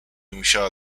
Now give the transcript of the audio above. musiała